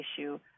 issue